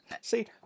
See